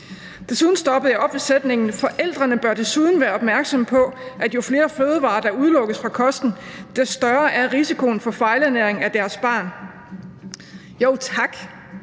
Desuden stoppede jeg op ved sætningen: »Forældrene bør desuden være opmærksomme på, at jo flere fødevarer, der udelukkes fra kosten, des større risiko for fejlernæring af deres barn.« Jo tak!